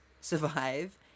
survive